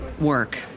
work